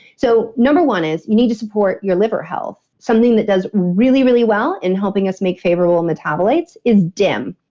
so number one is you need to support your liver health. something that does really, really well in helping us make favorable metabolites is dim.